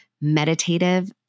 meditative